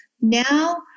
now